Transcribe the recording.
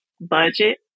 budget